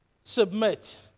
submit